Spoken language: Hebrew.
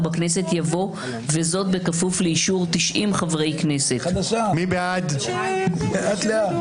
בכנסת" יבוא "לאור העובדה שהצעת החוק קיבלה פטור